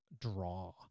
draw